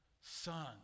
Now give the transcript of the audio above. son